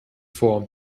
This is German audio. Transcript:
vor